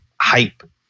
hype